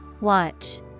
Watch